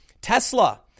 Tesla